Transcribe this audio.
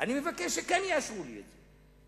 אני מבקש שכן יאשרו לי את זה.